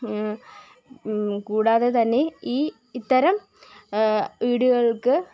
കൂടാതെ തന്നെ ഈ ഇത്തരം വിഡിയോകൾക്ക്